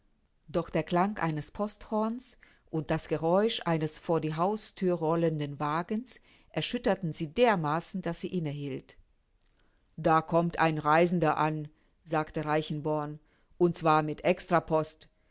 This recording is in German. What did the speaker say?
doch der klang eines posthorns und das geräusch eines vor die hausthür rollenden wagens erschütterten sie dermaßen daß sie inne hielt da kommt ein reisender an sagte reichenborn und zwar mit